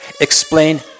explain